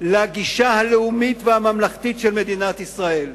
לגישה הלאומית והממלכתית של מדינת ישראל.